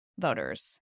voters